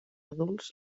adults